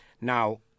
now